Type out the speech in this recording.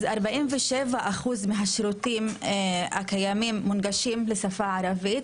ראינו ש-47% מהשירותים הקיימים מונגשים לשפה הערבית,